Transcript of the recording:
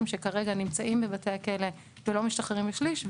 שכרגע נמצאים בבתי הכלא ולא משתחררים בשליש.